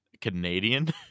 Canadian